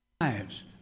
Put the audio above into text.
Lives